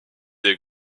des